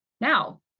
now